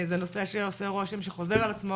זה נושא שעושה רושם שחוזר על עצמו.